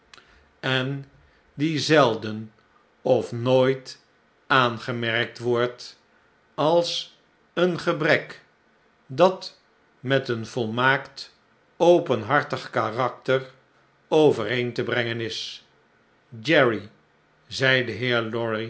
en die zelden of nooit aangemerkt wordt als een gebrek dat met een volmaakt openhartig karakter overeen te brengen is jerry zei de heer lorry